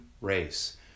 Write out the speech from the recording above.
race